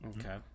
Okay